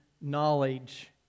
knowledge